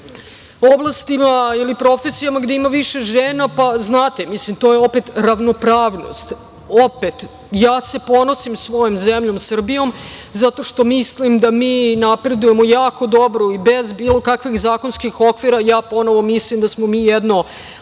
oblastima ili profesijama gde ima više žena. Znate, to je opet ravnopravnost. Opet, ja se ponosim svojom zemljom Srbijom, zato što mislim da mi napredujemo jako dobro i bez bilo kakvih zakonskih okvira mislim da smo mi jedno